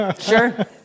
Sure